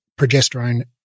progesterone